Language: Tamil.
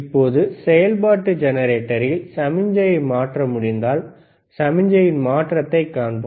இப்போது செயல்பாட்டு ஜெனரேட்டரில் சமிக்ஞையை மாற்ற முடிந்தால் சமிக்ஞையின் மாற்றத்தைக் காண்போம்